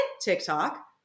TikTok